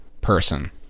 person